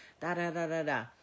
Da-da-da-da-da